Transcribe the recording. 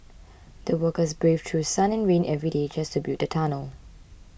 the workers braved through sun and rain every day just to build the tunnel